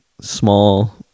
small